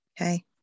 okay